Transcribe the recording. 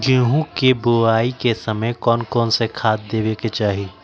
गेंहू के बोआई के समय कौन कौन से खाद देवे के चाही?